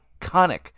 iconic